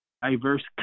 diverse